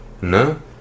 No